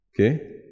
Okay